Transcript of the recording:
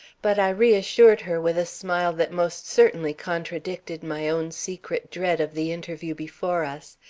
but i reassured her with a smile that most certainly contradicted my own secret dread of the interview before us,